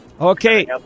Okay